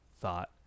thought